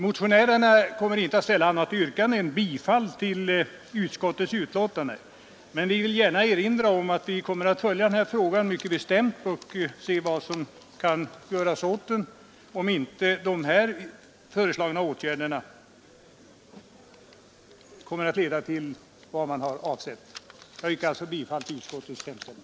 Motionärerna kommer inte att ställa annat yrkande än om bifall till utskottets hemställan, men vi vill erinra om att vi kommer att följa denna fråga mycket uppmärksamt och överväga vad som kan göras, om inte de nu aktuella åtgärderna leder till avsett resultat. Jag yrkar alltså bifall till utskottets hemställan.